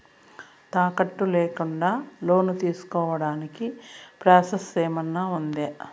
తాకట్టు లేకుండా లోను తీసుకోడానికి ప్రాసెస్ ఏమన్నా ఉందా?